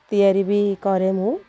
ତିଆରି ବି କରେ ମୁଁ